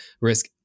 risk